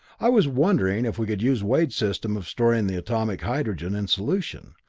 i was wondering if we could use wade's system of storing the atomic hydrogen in solution.